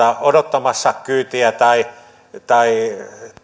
odottamassa kyytiä tai